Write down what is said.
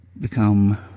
become